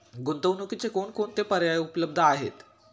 गुंतवणुकीचे कोणकोणते पर्याय उपलब्ध आहेत?